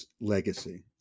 legacy